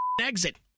exit